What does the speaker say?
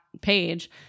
page